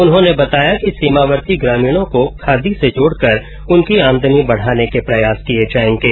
उन्होंने बताया कि सीमावर्ती ग्रामीणों को खादी से जोडकर उनकी आमदनी बढाने के प्रयास किए जाएंगे